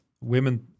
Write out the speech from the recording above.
women